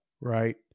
right